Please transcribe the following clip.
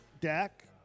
Dak